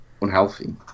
unhealthy